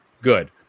good